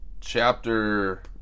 chapter